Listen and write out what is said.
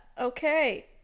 Okay